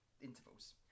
intervals